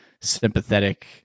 sympathetic